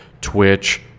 Twitch